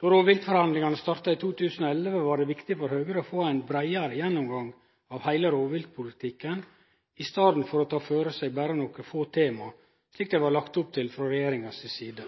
Då rovviltforhandlingane starta i 2011, var det viktig for Høgre å få ein breiare gjennomgang av heile rovviltpolitikken i staden for å ta føre seg berre nokre få tema, slik det var lagt opp til frå regjeringa si side.